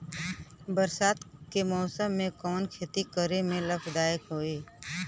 बरसात के मौसम में कवन खेती करे में लाभदायक होयी?